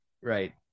right